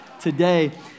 today